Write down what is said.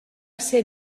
ser